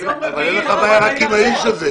אין לך בעיה רק עם האיש הזה.